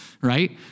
right